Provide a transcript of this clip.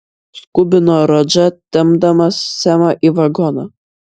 skubino radža tempdamas semą į vagoną